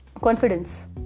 confidence